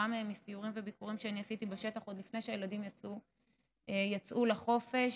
גם מסיורים וביקורים שאני עשיתי בשטח עוד לפני שהילדים יצאו לחופש,